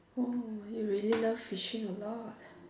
oh you really love sushi a lot